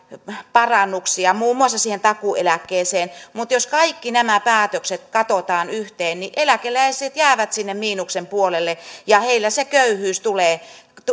parannuksia muun muassa takuueläkkeeseen niin jos kaikki nämä päätökset katsotaan yhteen niin eläkeläiset jäävät sinne miinuksen puolelle ja heillä se köyhyys tulee